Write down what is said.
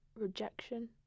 rejection